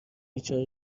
بیچاره